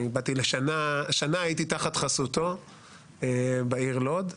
שנה הייתי תחת חסותו בעיר לוד,